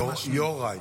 יוראי,